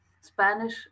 Spanish